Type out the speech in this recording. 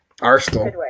Arsenal